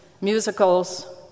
musicals